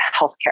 healthcare